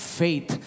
faith